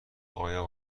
آیا